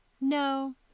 No